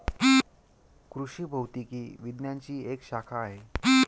कृषि भौतिकी विज्ञानची एक शाखा आहे